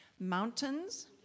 Mountains